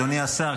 אדוני השר,